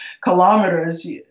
kilometers